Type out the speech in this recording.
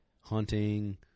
hunting